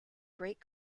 great